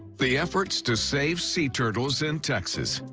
the efforts to save sea turtles in texas.